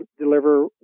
deliver